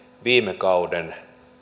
viime kauden